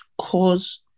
cause